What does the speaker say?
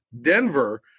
denver